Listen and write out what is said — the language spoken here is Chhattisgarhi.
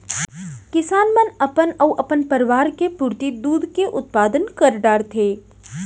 किसान मन अपन अउ अपन परवार के पुरती दूद के उत्पादन कर डारथें